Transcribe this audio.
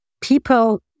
people